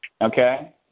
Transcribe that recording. Okay